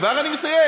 כבר אני מסיים.